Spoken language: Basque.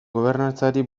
gobernantzari